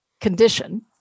condition